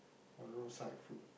all the roadside food